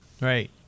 Right